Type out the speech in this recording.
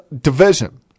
division